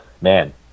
man